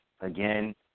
again